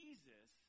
Jesus